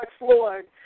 Lord